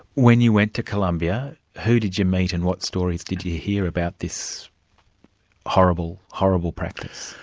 when you went to colombia, who did you meet and what stories did you hear about this horrible, horrible practice?